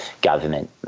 government